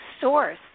source